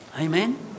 Amen